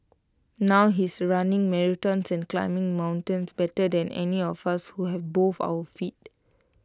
now he's running marathons and climbing mountains better than any of us who have both our feet